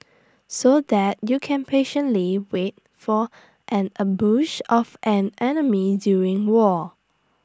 so that you can patiently wait for an ambush of an enemy during war